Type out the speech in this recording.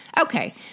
Okay